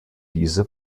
diese